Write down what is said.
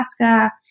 Alaska